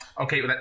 Okay